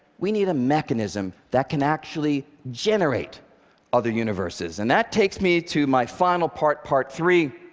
we need a mechanism that can actually generate other universes. and that takes me to my final part, part three.